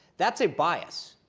that's a bias.